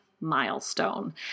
milestone